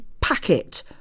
packet